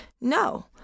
No